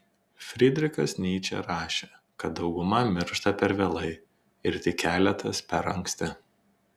frydrichas nyčė rašė kad dauguma miršta per vėlai ir tik keletas per anksti